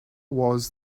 was